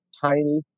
tiny